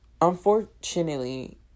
unfortunately